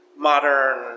modern